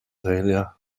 dahlia